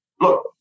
Look